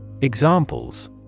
Examples